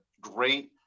great